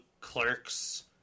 Clerks